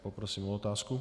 Poprosím o otázku.